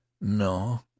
No